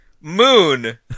Moon